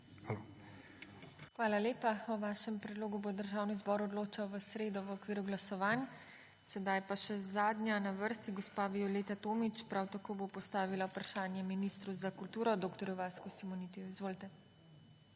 Hvala lepa. O vašem predlogu bo Državni zbor odločal v sredo v okviru glasovanj. Sedaj pa še zadnja na vrsti, gospa Violeta Tomić. Prav tako bo postavila vprašanje ministru za kulturo dr. Vasku Simonitiju. Izvolite.